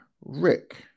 Rick